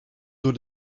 door